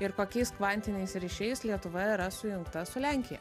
ir kokiais kvantiniais ryšiais lietuva yra sujungta su lenkija